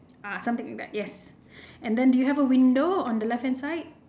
ah something like that yes then do you have a window on the left hand side